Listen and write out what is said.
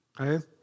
okay